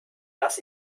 dass